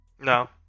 No